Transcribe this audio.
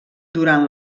durant